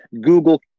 Google